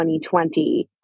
2020